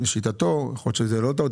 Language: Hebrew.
לשיטתו יכול להיות שזו אינה טעות,